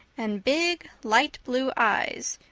and big, light blue eyes,